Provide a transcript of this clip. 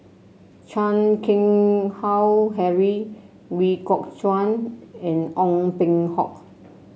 Chan Keng Howe Harry Ooi Kok Chuen and Ong Peng Hock